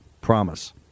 promise